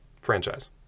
franchise